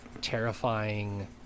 terrifying